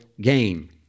gain